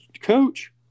Coach